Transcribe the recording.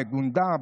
בגונדר,